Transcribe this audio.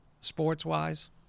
Sports-wise